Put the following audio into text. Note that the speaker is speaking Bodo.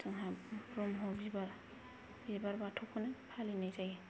जोंहा ब्रम्ह बिबार बिबार बाथौखौनो फालिनाय जायो